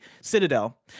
citadel